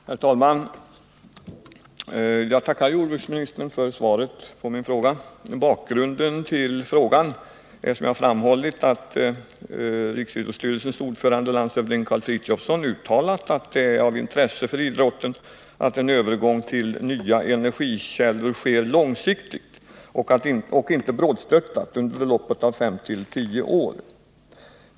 Herr talman! Jag tackar jordbruksministern för svaret på min fråga. Anledningen till att jag ställde frågan är som jag framhållit att riksidrottsstyrelsens ordförande, landshövding Karl Fritiofsson, uttalat att det är av intresse för idrotten att en övergång till nya energikällor sker långsiktigt och inte brådstörtat under loppet av fem till tio år.